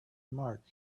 mark